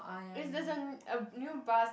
is there's a n~ a new bus